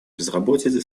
безработицы